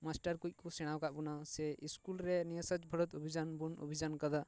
master ᱠᱚᱠᱚ ᱥᱮᱬᱟ ᱟᱠᱟᱫ ᱵᱚᱱᱟ ᱥᱮ ᱥᱠᱩᱞ ᱨᱮ ᱱᱤᱭᱟ ᱥᱚᱪᱪᱷᱚ ᱵᱷᱟᱨᱚᱛ ᱚᱵᱷᱤᱡᱟᱱ ᱵᱚᱱ ᱚᱵᱷᱤᱡᱟᱱ ᱟᱠᱟᱫᱟ